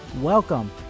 Welcome